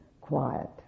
quiet